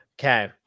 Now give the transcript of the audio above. okay